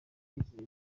ikizere